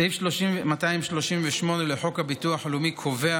סעיף 238 לחוק הביטוח הלאומי קובע